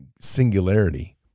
singularity